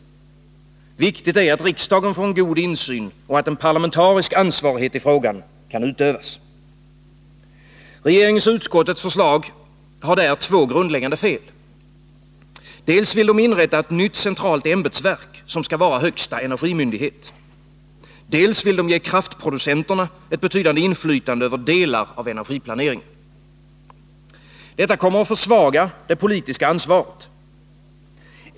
Viktigt är att riksdagen får en god insyn och att en parlamentarisk ansvarighet i frågan kan utövas. Regeringens och utskottets förslag har där två grundläggande fel. Dels vill de inrätta ett nytt centralt ämbetsverk, som skall vara högsta energimyndighet, dels vill de ge kraftproducenterna ett betydande inflytande över delar av energiplaneringen. Detta kommer att försvaga det politiska ansvaret.